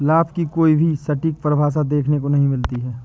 लाभ की कोई भी सटीक परिभाषा देखने को नहीं मिलती है